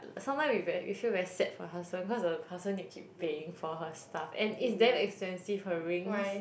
sometimes we very we feel very sad for her husband cause the husband need to keep paying for her stuff and is damn expensive her rings